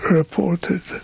reported